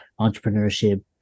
entrepreneurship